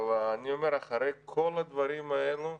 אבל אני אומר: אחרי כל הדברים האלו,